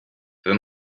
they